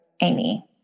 Amy